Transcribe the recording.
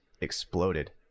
exploded